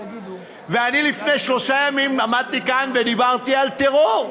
לפני שלושה ימים עמדתי כאן ודיברתי על טרור.